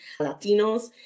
Latinos